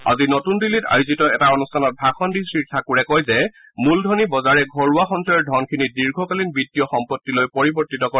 আজি নতুন দিল্লীত আয়োজিত এটা অনুষ্ঠানত ভাষণ দি শ্ৰীঠাকুৰে কয় যে মূলধনী বজাৰে ঘৰুৱা সঞ্চয়ৰ ধনখিনি দীৰ্ঘকালীন বিতীয় সম্পত্তিলৈ পৰিবৰ্তিত কৰে